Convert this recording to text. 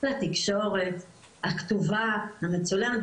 לתקשורת הכתובה והמצולמת,